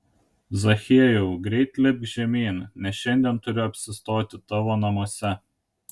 zachiejau greit lipk žemyn nes šiandien turiu apsistoti tavo namuose